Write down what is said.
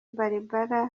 barbara